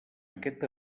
aquest